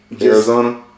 Arizona